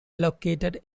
located